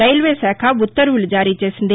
railway శాఖ ఉ త్తర్వులు జారీ చేసింది